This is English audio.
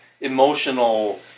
emotional